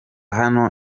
hano